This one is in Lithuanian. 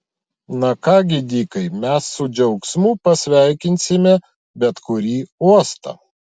na ką gi dikai mes su džiaugsmu pasveikinsime bet kurį uostą